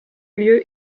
lieu